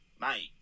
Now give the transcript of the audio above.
mate